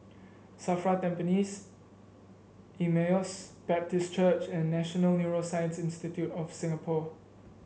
Safra Tampines Emmaus Baptist Church and National Neuroscience Institute of Singapore